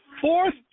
fourth